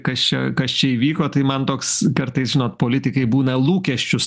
kas čia kas čia įvyko tai man toks kartais žinot politikai būna lūkesčius